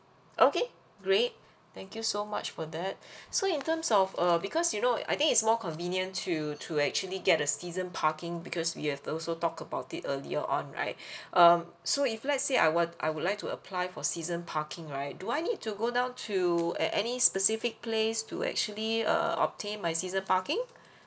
okay great thank you so much for that so in terms of uh because you know I think it's more convenient to to actually get a season parking because we have also talked about it earlier on right um so if let's say I want I would like to apply for season parking right do I need to go down to at any specific place to actually err obtain my season parking